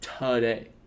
today